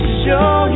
show